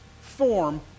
form